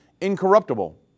incorruptible